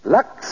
Lux